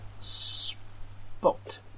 Spot